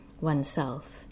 oneself